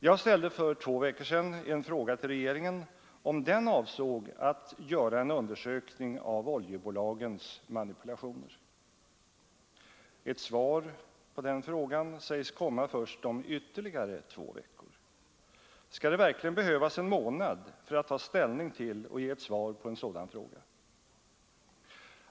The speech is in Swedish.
Jag ställde för två veckor sedan en fråga till regeringen om den avsåg att göra en undersökning av oljebolagens manipulationer. Ett svar sägs komma först om ytterligare två veckor. Skall det verkligen behövas en månad för att ta ställning till och ge ett svar på en sådan fråga?